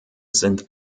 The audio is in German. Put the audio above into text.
sind